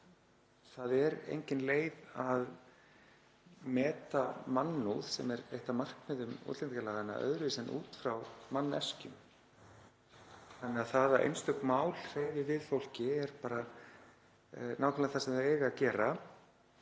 Það er engin leið að meta mannúð, sem er eitt af markmiðum útlendingalaganna, öðruvísi en út frá manneskjum þannig að það að einstök mál hreyfi við fólki er bara nákvæmlega það sem þau eiga að gera.